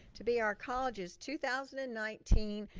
to be our college's two thousand and nineteen,